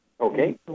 Okay